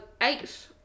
Eight